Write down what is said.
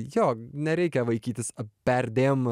jo nereikia vaikytis perdėm